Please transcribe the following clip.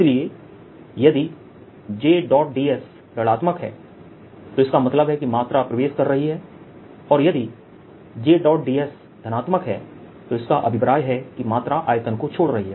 इसलिए यदि jds ऋणत्मक है तो इसका मतलब है कि मात्रा प्रवेश कर रही है और यदि यदि jds धनात्मक है तो इसका अभिप्राय है कि मात्रा आयतन को छोड़ रही है